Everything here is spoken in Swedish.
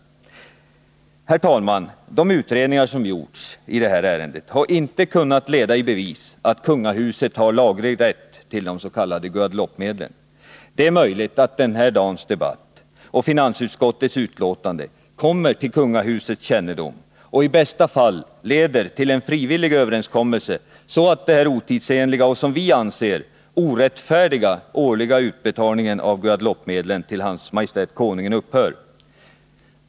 Herr talman! De utredningar som gjorts i ärendet har inte kunnat leda i bevis att kungahuset har laglig rätt till de s.k. Guadeloupemedlen. Det är möjligt att dagens debatt och finansutskottets betänkande kommer till kungahusets kännedom och i bästa fall leder till en frivillig överenskommelse, så att denna otidsenliga och, som vi anser, orättfärdiga årliga utbetalning av de s.k. Guadeloupemedlen till Hans Maj:t Konungen upphör.